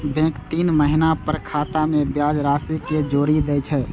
bank तीन महीना पर खाता मे ब्याज राशि कें जोड़ि दै छै